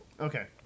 okay